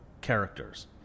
characters